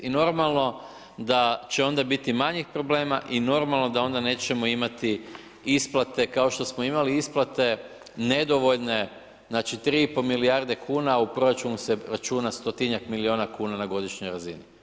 I normalno da će onda biti manjih problema i normalno da onda nećemo imati isplate kao što smo imali isplate nedovoljne, znači tri i pol milijarde kuna, a u proračunu se računa stotinjak milijuna kuna na godišnjoj razini.